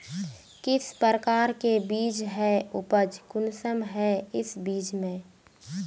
किस प्रकार के बीज है उपज कुंसम है इस बीज में?